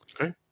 Okay